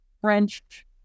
French